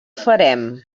farem